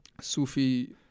Sufi